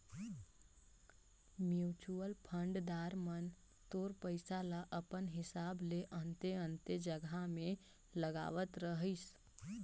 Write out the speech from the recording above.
mutual fund दार मन तोर पइसा ल अपन हिसाब ले अन्ते अन्ते जगहा में लगावत रहीं